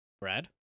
Brad